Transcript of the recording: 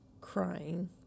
crying